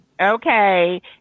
Okay